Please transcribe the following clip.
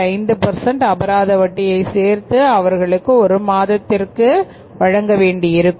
5 அபராத வட்டியை சேர்த்து அவர்களுக்கு ஒரு மாதத்திற்கு வழங்க வேண்டியிருக்கும்